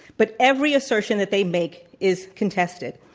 but every assertion that they make is contested,